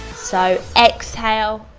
so exhale,